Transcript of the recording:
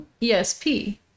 ESP